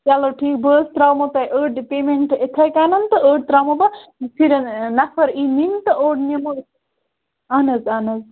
چلو ٹھیٖک بہٕ حظ ترٛاہَو تۄہہِ أڈۍ پیمَنٹہٕ یِتھٕے کٔنۍ تہٕ أڈۍ ترٛاوَو بہٕ شُریَن نَفر یِیہِ نِنہِٕ تہٕ اوٚڈ نِمَو اہَن حظ اہَن حظ